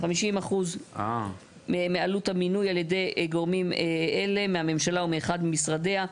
50% מעלות המינוי על ידי גורמים אלה מהממשלה או מאחד ממשרדיה.